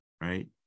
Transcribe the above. right